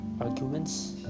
arguments